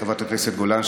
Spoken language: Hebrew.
חברת הכנסת גולן,